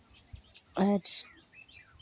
ᱟᱨ